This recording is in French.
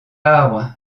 arbres